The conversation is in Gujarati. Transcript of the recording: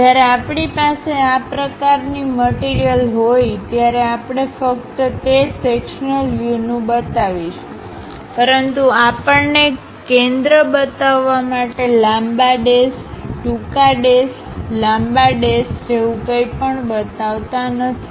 જ્યારે આપણી પાસે આ પ્રકારની મટીરીયલહોય ત્યારે આપણે ફક્ત તે સેક્શનલ વ્યુનું બતાવીશુંપરંતુ આપણે કેન્દ્રને બતાવવા માટે લાંબા ડેશ ટૂંકા ડેશ લાંબા ડેશ જેવું કંઈપણ બતાવતા નથી